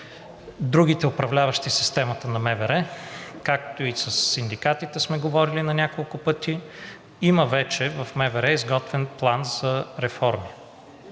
другите управляващи системата на МВР, както и със синдикатите сме говорили на няколко пъти, има вече в МВР изготвен план за реформи.